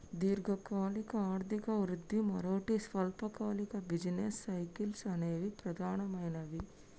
దీర్ఘకాలిక ఆర్థిక వృద్ధి, మరోటి స్వల్పకాలిక బిజినెస్ సైకిల్స్ అనేవి ప్రధానమైనవి